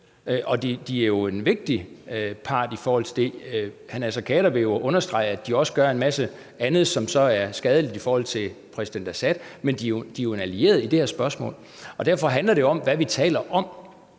og her er de en vigtig part. Hr. Naser Khader vil jo understrege, at de også gør en masse andet, som så er skadeligt, i forhold til præsident Assad, men de er jo en allieret i det her spørgsmål. Derfor handler det om, hvad vi taler om.